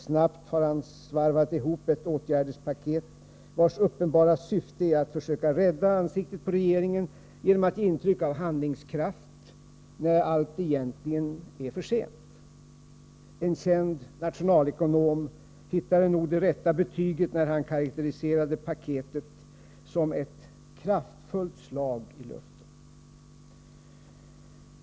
Snabbt har han svarvat ihop ett åtgärdspaket, vars uppenbara syfte är att försöka rädda ansiktet på regeringen genom att ge intryck av handlingskraft, när allt egentligen är för sent. En känd nationalekonom hittade nog det rätta betyget när han karakteriserade paketet som ”ett kraftfullt slag i luften”.